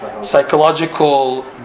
psychological